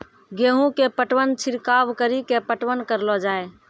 गेहूँ के पटवन छिड़काव कड़ी के पटवन करलो जाय?